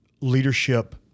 leadership